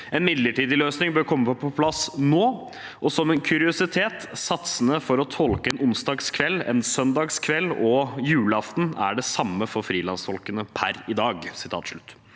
En midlertidig løsning bør komme på plass nå. Som en kuriositet: Satsene for å tolke en onsdagskveld, en søndagskveld og juleaften er den samme for frilanstolkene per i dag!»